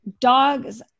dogs